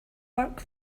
work